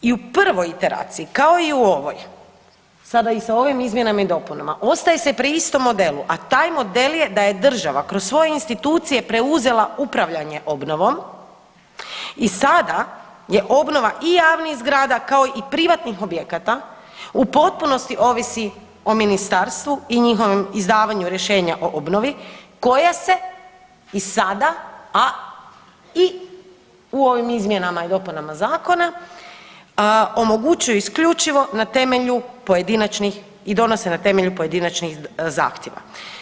I u prvoj iteraciji kao i u ovoj, sada i sa ovim izmjenama i dopunama ostaje se pri istom modelu, a taj model je da je država kroz svoje institucije preuzela upravljanje obnovom i sada je obnova i javnih zgrada kao i privatnih objekata u potpunosti ovisi o ministarstvu i njihovim izdavanju rješenja o obnovi koja se i sada, a i u ovim izmjenama i dopunama zakona omogućuje isključivo na temelju pojedinačnih i donosi na temelju pojedinačnih zahtjeva.